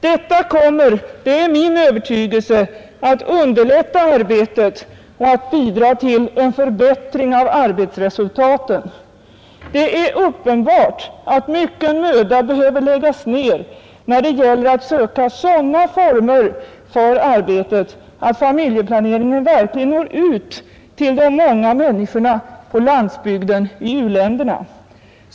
Detta kommer — det är min övertygelse — att underlätta arbetet och att bidra till en förbättring av arbetsresultaten. Det är uppenbart att mycken möda behöver läggas ned när det gäller att söka sådana former för arbetet att familjeplaneringen verkligen når ut till de många människorna på landsbygden i u-länderna.